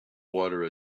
water